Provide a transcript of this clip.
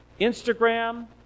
Instagram